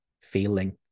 feeling